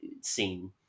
scene